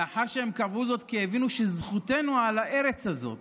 לאחר שהם קבעו זאת כי הבינו שזכותנו על הארץ הזאת,